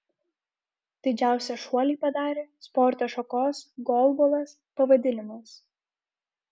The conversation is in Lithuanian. didžiausią šuolį padarė sporto šakos golbolas pavadinimas